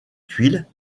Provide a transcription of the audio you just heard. tuiles